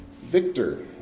victor